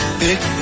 pick